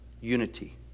unity